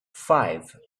five